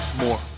more